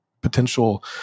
potential